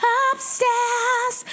upstairs